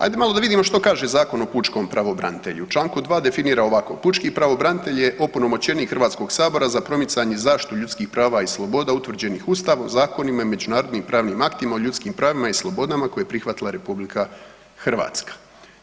Ajde malo da vidimo što kaže Zakon o Pučkom pravobranitelju, u članku 2. definira ovako: Pučki pravobranitelj je opunomoćenik Hrvatskog sabora za promicanje i zaštitu ljudskih prava i sloboda, utvrđenih Ustavom, zakonima i međunarodnim pravnim aktima o ljudskim pravima i slobodama koji je prihvatila Republika Hrvatska.